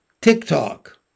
TikTok